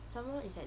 somemore it's like